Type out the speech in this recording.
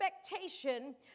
expectation